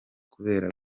kubera